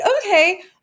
Okay